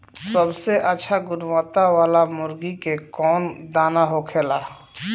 सबसे अच्छा गुणवत्ता वाला मुर्गी के कौन दाना होखेला?